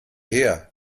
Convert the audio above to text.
her